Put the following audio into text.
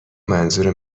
منظور